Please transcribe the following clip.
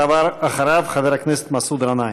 אחריו, חבר הכנסת מסעוד גנאים.